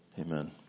Amen